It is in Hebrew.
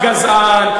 גזען,